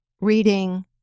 reading